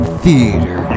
theater